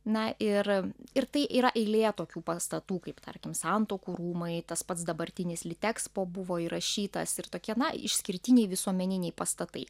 na ir ir tai yra eilė tokių pastatų kaip tarkim santuokų rūmai tas pats dabartinis litekspo buvo įrašytas ir tokie išskirtiniai visuomeniniai pastatai